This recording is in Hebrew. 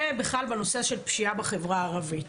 ובכלל בנושא של פשיעה בחברה הערבית.